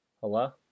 Hello